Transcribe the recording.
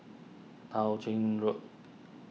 Tao Ching Road